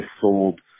sold